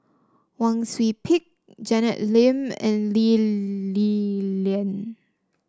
Wang Sui Pick Janet Lim and Lee Li Lian